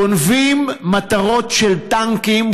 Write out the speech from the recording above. גונבים מטרות של טנקים,